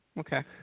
Okay